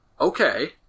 okay